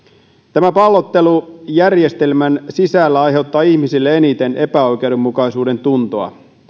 tämä pallottelu järjestelmän sisällä aiheuttaa ihmisille eniten epäoikeudenmukaisuuden tunnetta